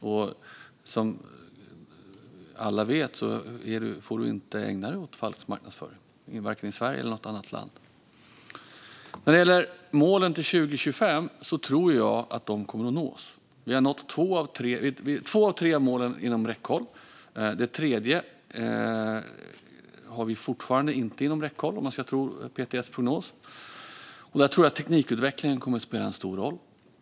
Och som alla vet får man inte ägna sig åt falsk marknadsföring vare sig i Sverige eller i något annat land. När det gäller målen till 2025 tror jag att de kommer att nås. Vi har två av tre mål inom räckhåll. Det tredje har vi fortfarande inte inom räckhåll, om man ska tro PTS prognos. Där tror jag att teknikutvecklingen kommer att spela en stor roll.